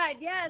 yes